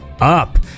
up